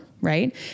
Right